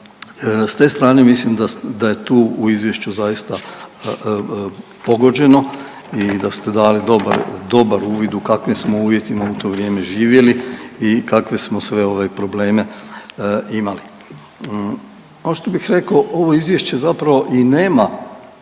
s te strane mislim da je tu u izvješću zaista pogođeno i da ste dali dobar, dobar uvid u kakvim smo uvjetima u to vrijeme živjeli i kakve smo sve ovaj probleme imali. Ono što bih rekao ovo izvješće zapravo i nema